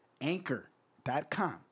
anchor.com